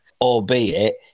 albeit